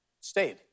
stayed